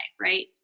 right